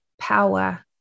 power